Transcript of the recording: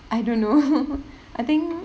I don't know I think